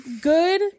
good